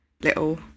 little